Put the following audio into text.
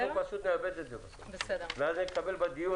אנחנו פשוט נאבד את זה ואז נקבל בדיון